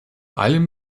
allem